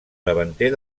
davanter